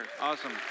Awesome